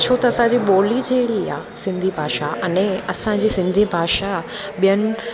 छो त असांजी ॿोली जहिड़ी आहे सिंधी भाषा अने असांजी सिंधी भाषा ॿियनि